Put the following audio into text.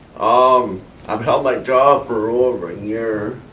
um i've held my job for over a year.